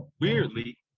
weirdly